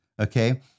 okay